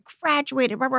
graduated